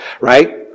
Right